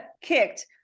kicked